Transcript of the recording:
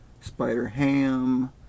Spider-Ham